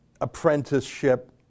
apprenticeship